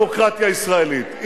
זאת הדמוקרטיה הישראלית.